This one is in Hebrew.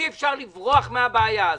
אי אפשר לברוח מן הבעיה הזאת.